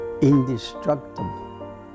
indestructible